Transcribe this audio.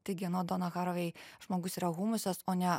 taigi anot donna haraway žmogus yra humusas o ne